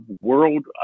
world